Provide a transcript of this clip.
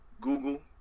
Google